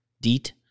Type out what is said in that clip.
Deet